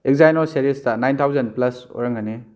Exynos ꯁꯤꯔꯤꯖꯇ nine thousand plus ꯑꯣꯏꯔꯝꯒꯅꯤ